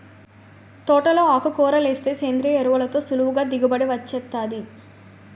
తోటలో ఆకుకూరలేస్తే సేంద్రియ ఎరువులతో సులువుగా దిగుబడి వొచ్చేత్తాది